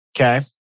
Okay